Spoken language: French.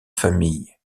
famille